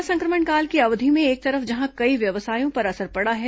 corona संक्रमण काल की अवधि में एक तरफ जहां कई व्यवसायों पर असर पड़ा है